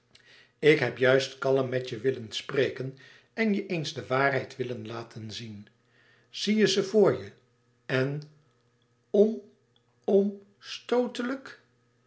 ik heb juist kalm met je willen spreken en je eens de waarheid willen laten zien zie je ze voor je en on